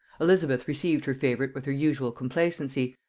elizabeth received her favorite with her usual complacency,